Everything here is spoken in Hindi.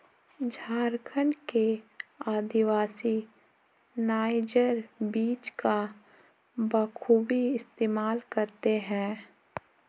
झारखंड के आदिवासी नाइजर बीज का बखूबी इस्तेमाल करते हैं